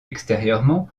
extérieurement